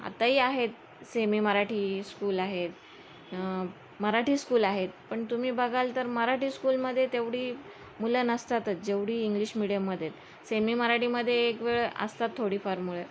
आताही आहेत semi Marathi school आहेत मराठी स्कूल आहेत पण तुम्ही बघाल तर मराठी स्कूलमध्ये तेवढी मुलं नसतातच जेवढी इंग्लिश मिडीयममध्ये सेमी मराठीमध्ये एक वेळ असतात थोडीफार मुले